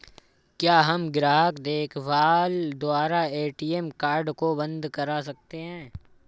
क्या हम ग्राहक देखभाल द्वारा ए.टी.एम कार्ड को बंद करा सकते हैं?